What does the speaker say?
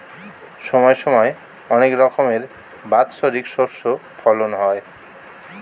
সময় সময় অনেক রকমের বাৎসরিক শস্য ফলন হয়